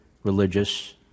religious